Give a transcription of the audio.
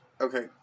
Okay